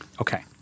Okay